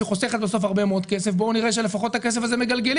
שחוסכת בסוף הרבה מאוד כסף ובואו נראה שלפחות את הכסף הזה מגלגלים